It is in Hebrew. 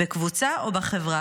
בקבוצה או בחברה.